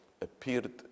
appeared